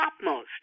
topmost